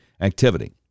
activity